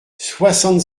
soixante